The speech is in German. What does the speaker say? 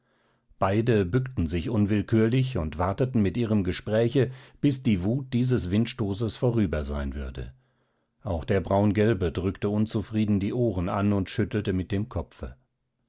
beide bückten sich unwillkürlich und warteten mit ihrem gespräche bis die wut dieses windstoßes vorüber sein würde auch der braungelbe drückte unzufrieden die ohren an und schüttelte mit dem kopfe